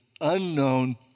unknown